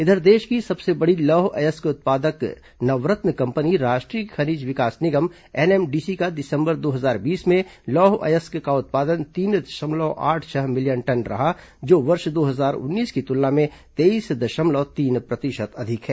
इधर देश की सबसे बड़ी लौह अयस्क उत्पादक नवरत्न कंपनी राष्ट्रीय खनिज विकास निगम एनएमडीसी का दिसंबर दो हजार बीस में लौह अयस्क का उत्पादन तीन दशमलव आठ छह मिलियन टन रहा जो वर्ष दो हजार उन्नीस की तुलना में तेईस दशमलव तीन प्रतिशत अधिक है